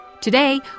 Today